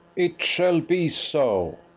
it shall be so.